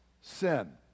sin